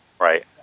Right